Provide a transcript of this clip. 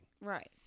Right